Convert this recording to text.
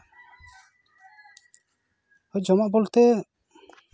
ᱦᱳᱭ ᱡᱚᱢᱟᱜ ᱵᱚᱞᱛᱮ